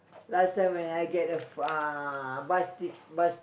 last time when I get a uh bus tic~ bus